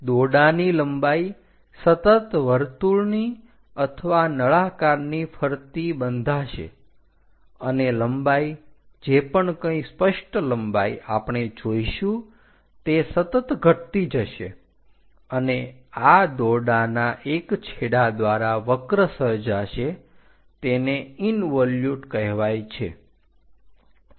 દોરડાની લંબાઈ સતત વર્તુળની અથવા નળાકારની ફરતી બંધાશે અને લંબાઈ જે પણ કંઈ સ્પષ્ટ લંબાઈ આપણે જોઇશું તે સતત ઘટતી જશે અને આ દોરડાના એક છેડા દ્વારા વક્ર સર્જાશે તેને ઈન્વોલ્યુટ કહેવાય છે